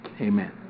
Amen